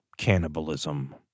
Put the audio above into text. cannibalism